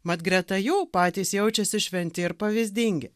mat greta jų patys jaučiasi šventi ir pavyzdingi